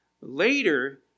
Later